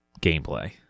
gameplay